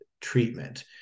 treatment